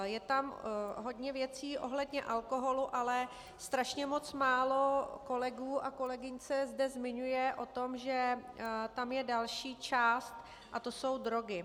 Je tam hodně věcí ohledně alkoholu, ale strašně moc málo kolegů a kolegyň se zde zmiňuje o tom, že tam je další část a to jsou drogy.